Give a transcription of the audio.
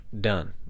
Done